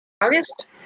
August